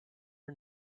her